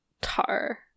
Tar